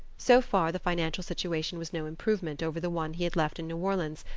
so far, the financial situation was no improvement over the one he had left in new orleans,